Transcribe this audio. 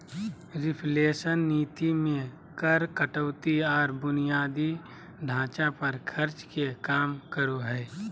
reflation नीति मे कर कटौती आर बुनियादी ढांचा पर खर्च के काम करो हय